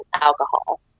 alcohol